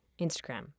Instagram